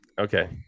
okay